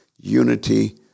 Unity